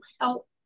help